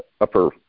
upper